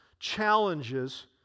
challenges